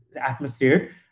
atmosphere